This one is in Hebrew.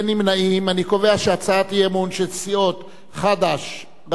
הצעת סיעות רע"ם-תע"ל חד"ש בל"ד